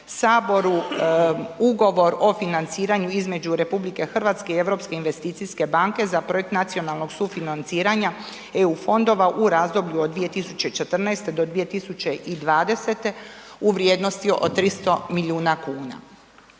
HS Ugovor o financiranju između RH i Europske investicijske banke za Projekt nacionalnog sufinanciranja EU fondova u razdoblju od 2014.-2020. u vrijednosti od 300 milijuna kuna.